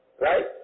Right